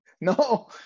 No